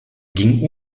ging